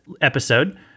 episode